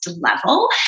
level